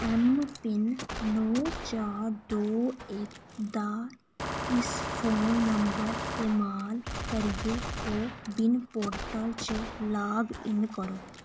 M PIN नौ चार दो इक दा इस फोन नंबर इस्तमाल करियै कोविन पोर्टल च लागइन करो